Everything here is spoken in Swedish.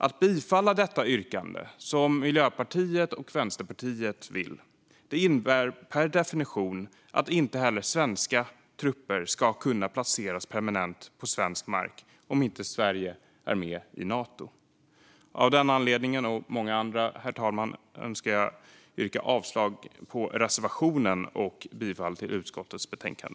Att bifalla detta yrkande, som Miljöpartiet och Vänsterpartiet vill, innebär per definition att inte heller svenska trupper ska kunna placeras permanent på svensk mark om Sverige är med i Nato. Av denna och många andra anledningar, herr talman, önskar jag yrka avslag på reservationen och bifall till utskottets förslag.